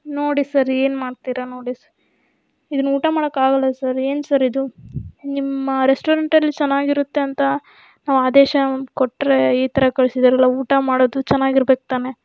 ನೋಡಿ ಸರ್ ಏನು ಮಾಡ್ತೀರಾ ನೋಡಿ ಸರ್ ಇದನ್ನ ಊಟ ಮಾಡೋಕ್ಕಾಗಲ್ಲ ಸರ್ ಏನು ಸರ್ ಇದು ನಿಮ್ಮ ರೆಸ್ಟೋರೆಂಟಲ್ಲಿ ಚೆನ್ನಾಗಿರುತ್ತೆ ಅಂತ ನಾವು ಆದೇಶ ಕೊಟ್ಟರೆ ಈ ಥರ ಕಳ್ಸಿದ್ದೀರಲ್ಲಾ ಊಟ ಮಾಡೋದು ಚೆನ್ನಾಗಿರ್ಬೇಕು ತಾನೆ